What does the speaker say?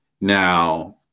Now